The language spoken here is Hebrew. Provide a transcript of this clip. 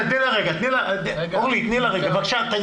בבקשה.